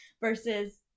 Versus